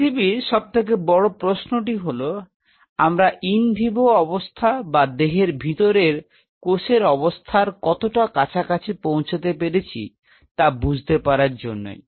পৃথিবীর সবচেয়ে বড় প্রশ্নটি হল আমরা ইন ভিভো অবস্থা বা দেহের ভিতরে কোষের অবস্থার কতটা কাছাকাছি পৌঁছতে পেরেছি তা বুঝতে পারার জন্যই